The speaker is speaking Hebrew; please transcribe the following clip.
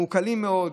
מעוקלים מאוד,